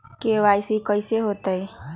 KYC कैसे होतई?